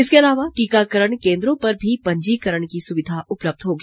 इसके अलावा टीकाकरण केन्द्रों पर भी पंजीकरण की सुविधा उपलब्ध होगी